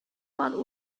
about